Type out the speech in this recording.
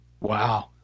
wow